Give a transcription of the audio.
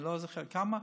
אני לא זוכר כמה,